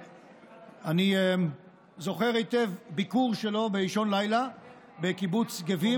אני זוכר היטב ביקור שלו באישון לילה בקיבוץ גבים.